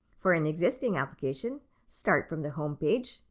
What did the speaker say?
for an existing application, start from the home page,